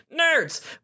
Nerds